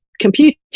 computer